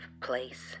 place